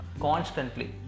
constantly